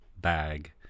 bag